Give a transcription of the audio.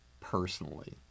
personally